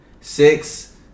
Six